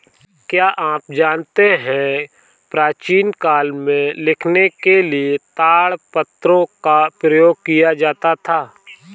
क्या आप जानते है प्राचीन काल में लिखने के लिए ताड़पत्रों का प्रयोग किया जाता था?